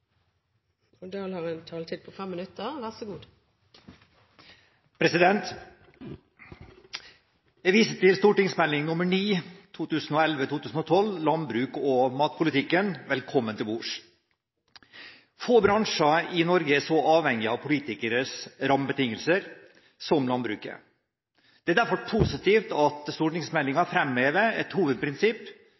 opp de forslagene han refererte til. Jeg viser til Meld. St. 9 for 2011–2012, Landbruks- og matpolitikken, Velkommen til bords. Få bransjer i Norge er så avhengige av politikeres rammebetingelser som landbruket. Det er derfor positivt at stortingsmeldingen fremhever et hovedprinsipp